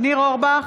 ניר אורבך,